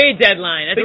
deadline